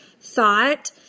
thought